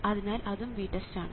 അതിനാൽ അതും VTEST ആണ്